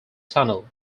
tunnel